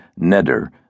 Neder